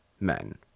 men